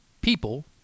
people